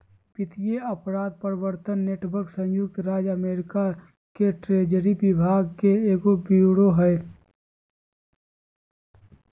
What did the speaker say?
वित्तीय अपराध प्रवर्तन नेटवर्क संयुक्त राज्य अमेरिका के ट्रेजरी विभाग के एगो ब्यूरो हइ